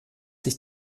sich